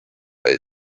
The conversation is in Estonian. oli